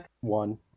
One